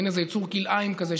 מין איזה יצור כלאיים כזה,